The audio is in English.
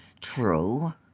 True